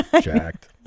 jacked